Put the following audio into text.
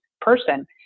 person